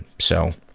so.